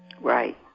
Right